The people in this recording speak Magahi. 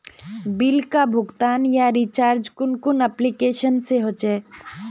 बिल का भुगतान या रिचार्ज कुन कुन एप्लिकेशन से होचे?